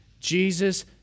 Jesus